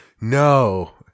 No